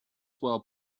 well